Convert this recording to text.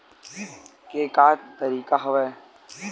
के का तरीका हवय?